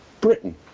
Britain